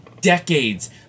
decades